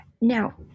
Now